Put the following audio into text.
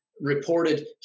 reported